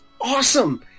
awesome